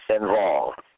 involved